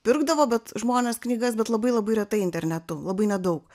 pirkdavo bet žmonės knygas bet labai labai retai internetu labai nedaug